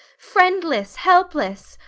friendless, helpless,